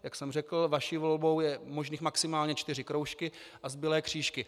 Jak jsem řekl, vaší volbou je možných maximálně čtyři kroužky a zbylé křížky.